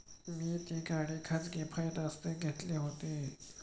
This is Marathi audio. मी ती गाडी खाजगी फायनान्सने घेतली होती